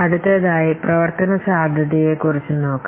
അടുത്തതായി പ്രവർത്തന സാധ്യതയെ കുറിച്ച നോക്കാം